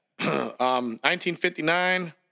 1959